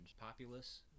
populace